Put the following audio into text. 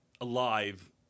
alive